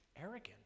arrogant